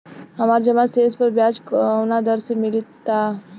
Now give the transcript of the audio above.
हमार जमा शेष पर ब्याज कवना दर से मिल ता?